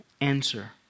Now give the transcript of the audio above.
answer